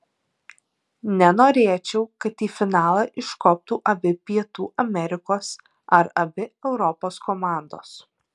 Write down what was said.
nenorėčiau kad į finalą iškoptų abi pietų amerikos ar abi europos komandos